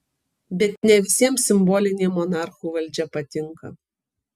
bet ne visiems simbolinė monarchų valdžia patinka